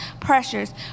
pressures